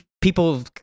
people